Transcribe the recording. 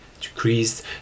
decreased